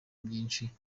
byinshi